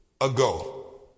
ago